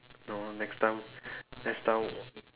no next time next time